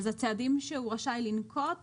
אז הצעדים שהוא רשאי לנקוט בהם,